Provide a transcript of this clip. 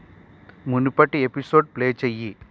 మునుపటి episode play చెయ్యి